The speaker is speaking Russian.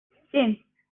семь